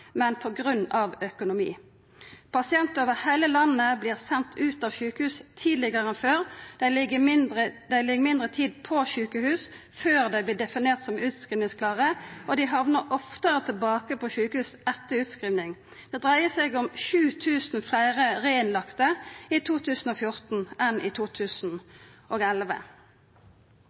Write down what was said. men på grunn av økonomi. Pasientar over heile landet vert sende ut av sjukehus tidlegare enn før, dei ligg kortare tid på sjukehus før dei vert definerte som utskrivingsklare, og dei hamnar oftare tilbake på sjukehus etter utskriving. Det dreier seg om 7 000 fleire reinnlagde i 2014 enn i 2011.